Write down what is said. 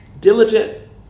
diligent